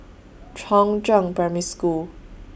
Chongzheng Primary School